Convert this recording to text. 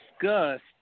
discussed